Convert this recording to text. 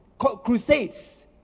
Crusades